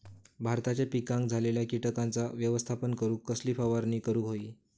भाताच्या पिकांक झालेल्या किटकांचा व्यवस्थापन करूक कसली फवारणी करूक होई?